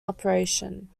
operation